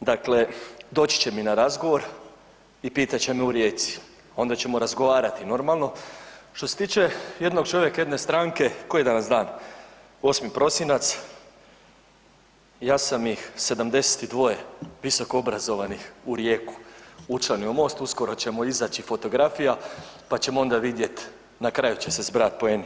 dakle doći će mi na razgovor i pitat će me u Rijeci, onda ćemo razgovarati normalno, što se tiče jednog čovjeka jedne stranke, koji je danas dan, 8. prosinac ja sam ih 72 visokoobrazovanih u Rijeku učlanio u MOST, uskoro ćemo izaći fotografija pa ćemo onda vidjeti na kraju će se zbrajati poeni.